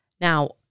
Now